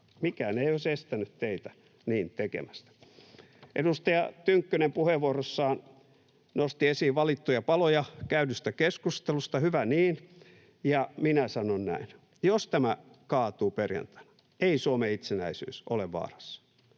Mikään ei olisi estänyt teitä niin tekemästä. Edustaja Tynkkynen puheenvuorossaan nosti esiin valittuja paloja käydystä keskustelusta, hyvä niin. Ja minä sanon näin: jos tämä kaatuu perjantaina, ei Suomen itsenäisyys ole vaarassa,